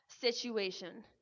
situation